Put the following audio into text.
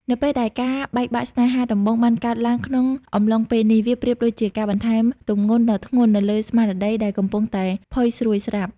នៅពេលដែលការបែកបាក់ស្នេហាដំបូងបានកើតឡើងក្នុងអំឡុងពេលនេះ វាប្រៀបដូចជាការបន្ថែមទម្ងន់ដ៏ធ្ងន់ទៅលើស្មារតីដែលកំពុងតែផុយស្រួយស្រាប់។